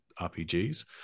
RPGs